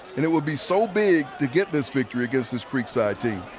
and it will be so big to get this victory against this creekside team.